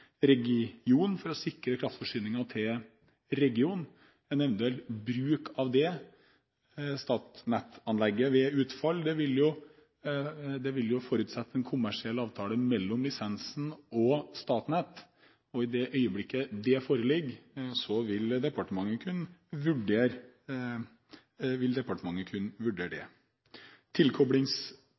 regionen for å sikre kraftforsyningen til regionen. En eventuell bruk av det Statnett-anlegget ved utfall vil forutsette en kommersiell avtale mellom lisensen og Statnett, og i det øyeblikket det foreligger, vil departementet kunne vurdere det. Tilkoblingspunktet for gass, som flere har vært opptatt av, er også på plass. I det